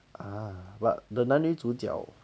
uh but the 男女主角